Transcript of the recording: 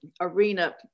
arena